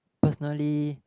personally